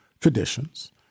traditions